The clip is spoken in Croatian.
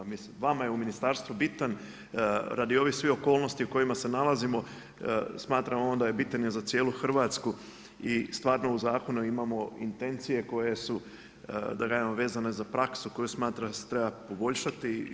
Mislim vama je u ministarstvu bitan radi svih ovih okolnosti u kojima se nalazimo smatramo bitan je za cijelu Hrvatsku i stvarno u zakonu imamo intencije koje su, da kažemo vezane za praksu koju smatram da treba poboljšati.